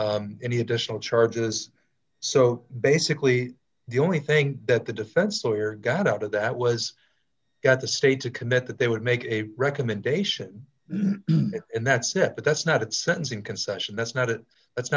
taxes any additional charges so basically the only thing that the defense lawyer got out of that was that the state to commit that they would make a recommendation and that's it but that's not at sentencing concession that's not it that's